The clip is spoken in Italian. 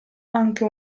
anche